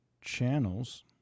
channels